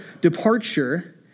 departure